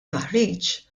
taħriġ